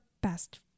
best